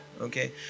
Okay